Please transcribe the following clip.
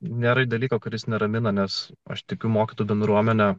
nėra dalyko kuris neramina nes aš tikiu mokytojų bendruomene